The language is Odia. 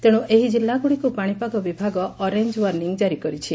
ତେଣୁ ଏହି କିଲ୍ଲାଗୁଡ଼ିକୁ ପାଶିପାଗ ବିଭାଗ ଅରେଞ ୱାର୍ଷିଂ ଜାରି କରିଛି